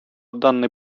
данный